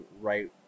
right